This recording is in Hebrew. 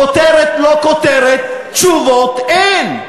כותרת, לא כותרת, תשובות אין.